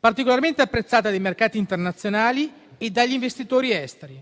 particolarmente apprezzata dai mercati internazionali e dagli investitori esteri,